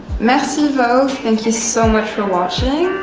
merci, vogue, thank you so much for watching.